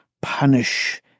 punish